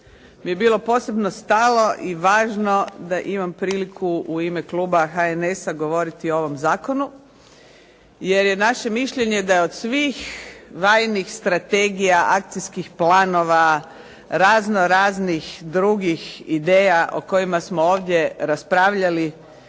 da bi bilo posebno stalo i važno da imam priliku u ime kluba HNS-a govoriti o ovom zakonu, jer je naše mišljenje da od svih Vladinih strategija, akcijskih planova, razno raznih drugih ideja o kojima smo ovdje raspravljali